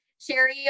Sherry